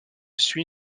suit